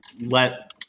let